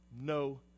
no